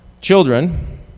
Children